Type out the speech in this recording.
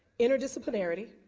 interdisciplinarity,